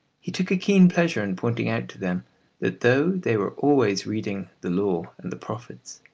he took a keen pleasure in pointing out to them that though they were always reading the law and the prophets,